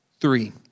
three